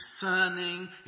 discerning